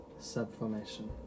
subformation